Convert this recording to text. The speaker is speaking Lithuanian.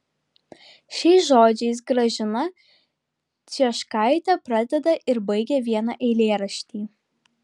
šiais žodžiais gražina cieškaitė pradeda ir baigia vieną eilėraštį